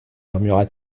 murmura